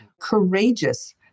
Courageous